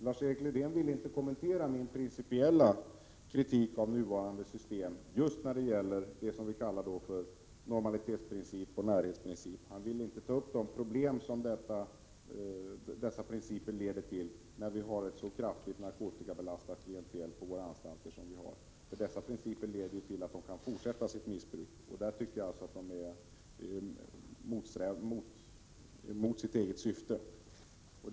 Lars-Erik Lövdén ville inte kommentera min principiella kritik av nuvarande system beträffande det vi kallar normalitetsprincipen och näringsprincipen. Han vill inte ta upp de problem som dessa principer leder till, med det kraftigt narkotikabelastade klientel vi har på våra anstalter. Dessa principer leder till att de intagna kan fortsätta sitt missbruk. Därför tycker jag att man går emot sitt eget syfte. Det vore intressant om Lars-Erik Lövdén Prot.